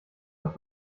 auf